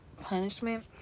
punishment